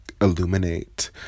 illuminate